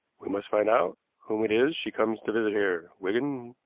we must find out whom it is she comes to visit here, wigan,